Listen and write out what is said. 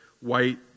white